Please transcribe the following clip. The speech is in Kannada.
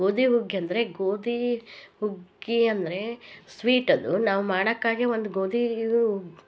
ಗೋದಿ ಹುಗ್ಗಿ ಅಂದರೆ ಗೋದಿ ಹುಗ್ಗಿ ಅಂದರೆ ಸ್ವೀಟ್ ಅದು ನಾವು ಮಾಡಕ್ಕಾಗಿ ಒಂದು ಗೋದಿದು